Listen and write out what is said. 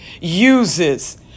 uses